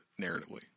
narratively